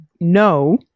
No